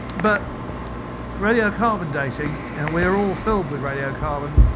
but radio carbon dating, and we're all filled with radio carbon.